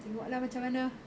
tengok lah macam mana